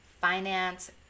finance